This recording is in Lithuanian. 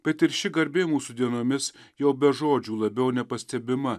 bet ir ši garbė mūsų dienomis jau be žodžių labiau nepastebima